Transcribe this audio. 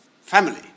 family